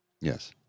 Yes